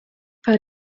per